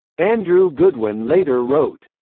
andrew goodwin later wrote,